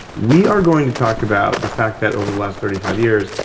we are going to talk about the fact that, over the last thirty five years,